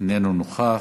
איננו נוכח,